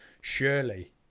surely